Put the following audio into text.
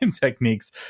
techniques